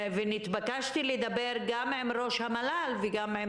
ונתבקשתי לדבר גם עם ראש המל"ל וגם עם